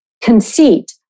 conceit